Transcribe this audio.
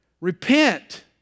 Repent